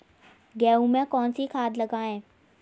गेहूँ में कौनसी खाद लगाएँ?